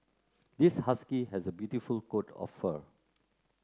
this husky has a beautiful coat of fur